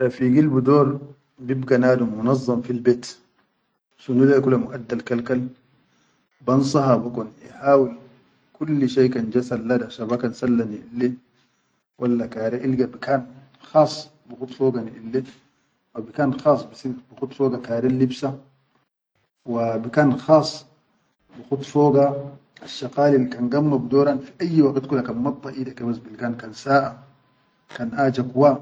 Rafigil bidor bel ga nadum munazzan fil bet shunu leya kula miʼaddal kal-kal, bansaha bikun ihawul kulli shai kan ja salla shaba kan salla niʼile walla kare ilga bikan khas bi khud foga niʼile haw bikan khas bikhud fogal karel libsa wa bikan khas bikhud foga asshaqalil kan gamman bidoran kan fi ayyi waqit kan madda ida kan saʼa kan a jakuwa.